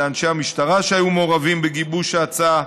לאנשי המשטרה שהיו מעורבים בגיבוש ההצעה,